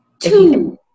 two